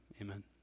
amen